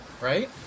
Right